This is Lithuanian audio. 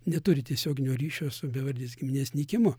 neturi tiesioginio ryšio su bevardės giminės nykimu